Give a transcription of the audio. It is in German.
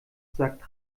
sagt